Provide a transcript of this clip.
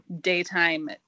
daytime